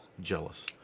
Jealous